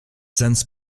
since